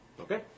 Okay